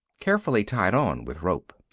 carefully tied on with rope.